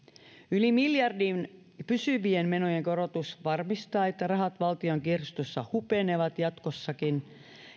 yli miljardin pysyvien menojen korotus varmistaa että rahat valtion kirstussa hupenevat jatkossakin